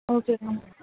ஓகேங்க மேம்